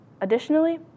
Additionally